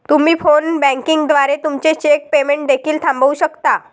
तुम्ही phone banking द्वारे तुमचे चेक पेमेंट देखील थांबवू शकता